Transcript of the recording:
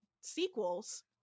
sequels